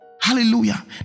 hallelujah